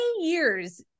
years